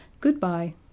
Good-bye